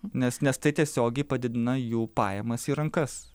nes nes tai tiesiogiai padidina jų pajamas į rankas